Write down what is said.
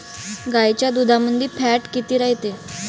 गाईच्या दुधामंदी फॅट किती रायते?